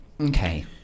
okay